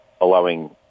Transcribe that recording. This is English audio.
allowing